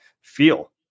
feel